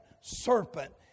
serpent